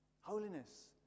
Holiness